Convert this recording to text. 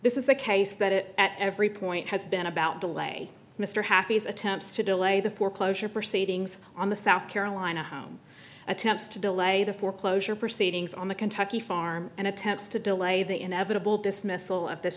this is the case that at every point has been about delay mr happy's attempts to delay the foreclosure proceedings on the south carolina home attempts to delay the foreclosure proceedings on the kentucky farm and attempts to delay the inevitable dismissal of this